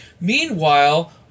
Meanwhile